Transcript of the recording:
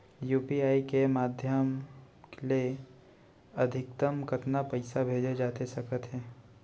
UPI के माधयम ले अधिकतम कतका पइसा भेजे जाथे सकत हे?